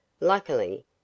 luckily